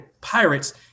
pirates